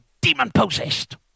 demon-possessed